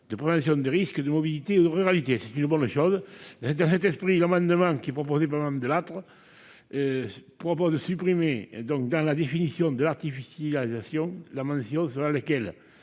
de prévention des risques, de mobilité ou de ruralité. C'est une bonne chose. Dans cet esprit, l'amendement de Mme Delattre vise à supprimer, dans la définition de l'artificialisation, la mention selon laquelle